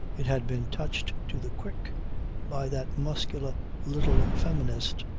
it had been touched to the quick by that muscular little feminist,